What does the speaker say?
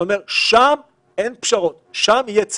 שם אין פשרות, שם יהיה ציות.